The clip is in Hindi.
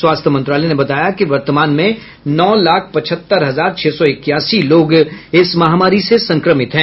स्वास्थ्य मंत्रालय ने बताया कि वर्तमान में नौ लाख पचहत्तर हजार छह सौ इक्यासी लोग इस महामारी से संक्रमित हैं